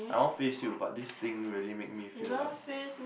I want face you but this thing really make me feel like